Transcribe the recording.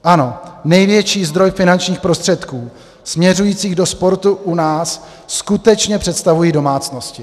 Ano, největší zdroj finančních prostředků směřujících do sportu u nás skutečně představují domácnosti.